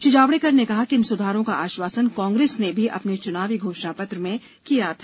श्री जावड़ेकर ने कहा कि इन सुधारों का आश्वासन कांग्रेस ने भी अपने चुनावी घोषणा पत्र में किया था